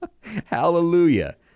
Hallelujah